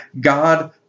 God